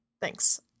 Thanks